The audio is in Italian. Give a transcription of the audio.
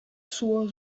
suo